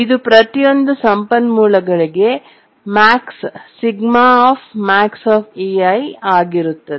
ಇದು ಪ್ರತಿಯೊಂದು ಸಂಪನ್ಮೂಲಗಳಿಗೆ Σmax ಆಗಿರುತ್ತದೆ